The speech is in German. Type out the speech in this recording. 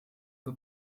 the